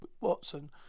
Watson